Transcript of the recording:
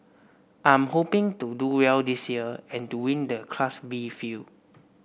I'm hoping to do well this year and to win the Class B field